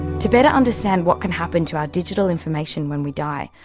to better understand what can happen to our digital information when we die,